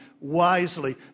wisely